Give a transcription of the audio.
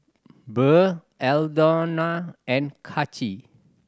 Burr Aldona and Kaci